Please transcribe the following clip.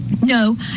No